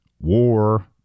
war